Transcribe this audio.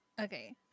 Okay